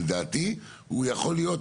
ולדעתי הוא יכול להיות,